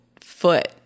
foot